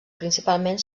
principalment